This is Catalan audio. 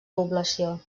població